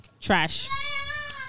Trash